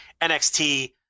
NXT